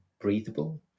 breathable